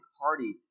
party